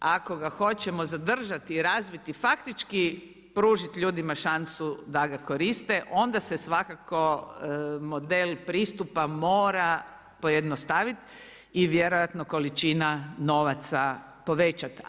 Ako ga hoćemo zadržati i razviti, faktički pružiti ljudima šansu da ga koriste, onda se svakako model pristupa mora pojednostaviti i vjerojatno količina novaca povećati.